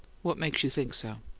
what makes you think so?